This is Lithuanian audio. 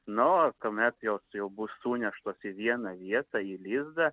nu o kuomet jos jau bus suneštos į vieną vietą į lizdą